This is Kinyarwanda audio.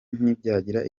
ntibyagira